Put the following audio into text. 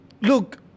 look